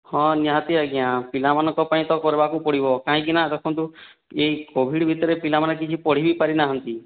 ହଁ ନିହାତି ଆଜ୍ଞା ପିଲାମାନଙ୍କ ପାଇଁ ତ କର୍ବାକୁ ପଡ଼ିବ କାହିଁକି ନା ଦେଖନ୍ତୁ ଏଇ କୋଭିଡ଼୍ ଭିତ୍ରେ ପିଲାମାନେ କିଛି ପଢ଼ି ବି ପାରି ନାହାଁନ୍ତି